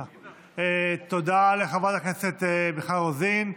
תודה לחברת הכנסת מיכל רוזין.